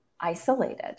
isolated